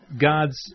God's